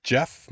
Jeff